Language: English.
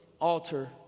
altar